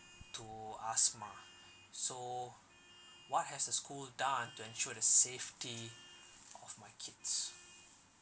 to asthma so what has the school done to ensure the safety of my kids